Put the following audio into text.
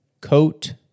coat